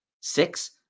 six